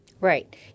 right